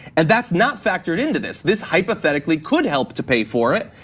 and that's not factored into this. this hypothetically could help to pay for it,